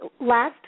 last